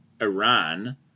Iran